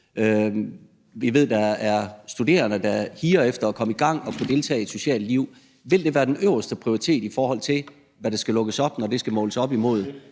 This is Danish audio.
vi ved, der er studerende, der higer efter at komme i gang og at kunne deltage i et socialt liv. Vil det være den øverste prioritet, i forhold til hvad der skal lukkes op, når det skal måles op imod